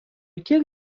kiek